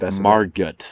Margot